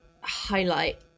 highlight